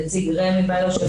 נציג רמ"י באיו"ש.